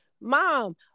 mom